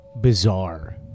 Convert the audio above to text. bizarre